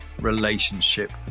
relationship